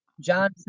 John